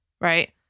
right